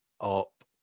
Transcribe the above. up